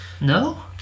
No